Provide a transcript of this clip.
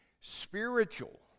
spiritual